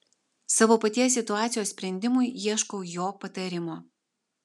savo paties situacijos sprendimui ieškau jo patarimo